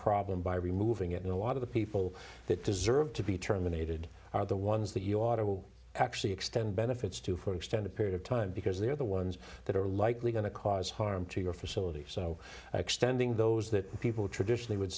problem by removing it in a lot of the people that deserve to be terminated are the ones that you ought to will actually extend benefits to for extended period of time because they're the ones that are likely going to cause harm to your facilities so extending those that people traditionally would